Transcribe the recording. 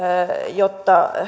jotta